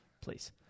Please